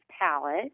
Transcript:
palette